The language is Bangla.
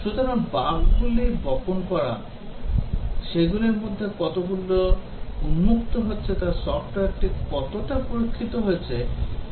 সুতরাং বাগগুলি বপন করা এবং সেগুলির মধ্যে কতগুলি উন্মুক্ত হচ্ছে তা সফ্টওয়্যারটি কতটা পরীক্ষিত হয়েছে তা নির্দেশ করে